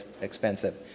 expensive